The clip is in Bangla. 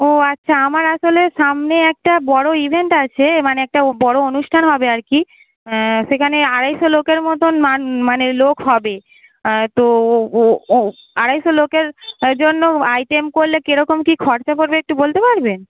ও আচ্ছা আমার আসলে সামনে একটা বড় ইভেন্ট আছে মানে একটা বড় অনুষ্ঠান হবে আর কি সেখানে আড়াইশো লোকের মতোন মানে লোক হবে তো ও ও ও আড়াইশো লোকের জন্য আইটেম করলে কেরকম কী খরচা পড়বে একটু বলতে পারবেন